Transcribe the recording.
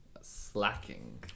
slacking